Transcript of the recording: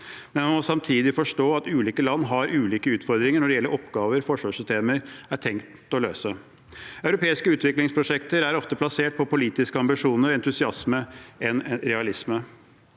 Samtidig må man forstå at ulike land har ulike utfordringer når det gjelder oppgavene forsvarssystemene er tenkt å løse. Europeiske utviklingsprosjekter er ofte basert mer på politiske ambisjoner og entusiasme enn realisme.